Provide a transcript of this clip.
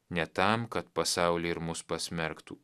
ne tam kad pasaulį ir mus pasmerktų